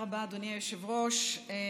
אדוני היושב-ראש.